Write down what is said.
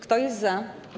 Kto jest za?